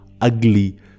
ugly